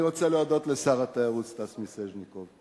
אני רוצה להודות לשר התיירות סטס מיסז'ניקוב,